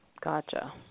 Gotcha